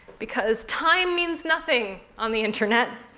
because time means nothing on the internet.